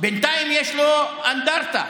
בינתיים יש לו אנדרטה